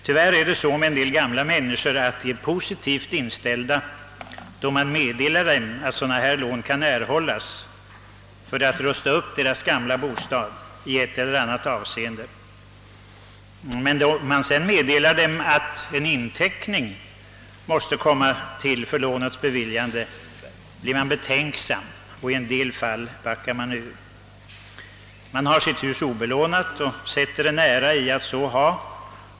Tyvärr är det emellertid så att en del gamla människor är positivt inställda, när man meddelar att sådana lån kan erhållas för upprustning av deras gamla bostäder i ett eller annat avseende, men då man sedan förklarar att de måste lämna en inteckning för att få lånet, så blir vederbörande betänksam och backar ut i en del fall. Man har sitt hus obelånat och sätter en ära i att så ha.